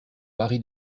mari